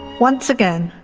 once again,